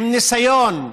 עם ניסיון,